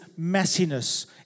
messiness